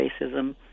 racism